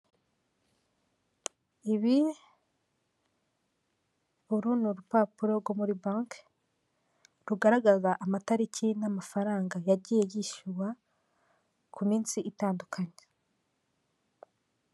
Muri gare ya Nyabugogo amatara bayacanye bigaragara ko bwije, abantu baracyari muri gare amamodoka ntabwo ari menshi cyane bigaragara ko aba bantu bashobora kuba babuze imodoka zibacyura ndetse ku ruhande hariho na bisi nini itwara abaturage.